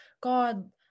God